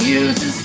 uses